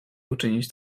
uczynić